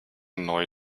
neu